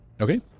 Okay